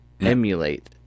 emulate